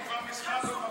אני כבר מזמן לא מרגיע.